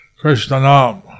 Krishna